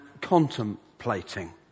contemplating